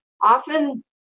often